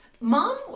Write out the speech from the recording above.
Mom